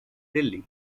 delhi